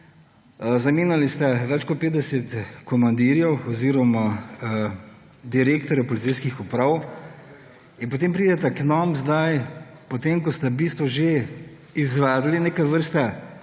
zamenjali ste več kot 50 komandirjev oziroma direktorjev policijskih uprav in potem pridete k nam zdaj, potem ko ste v bistvu že izvedli neke vrste